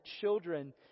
children